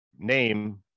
name